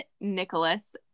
Nicholas